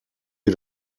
wir